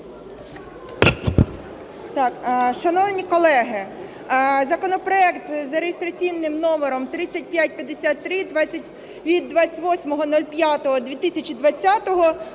Шановні колеги, законопроект з реєстраційним номером 3553 (від 28.05.2020)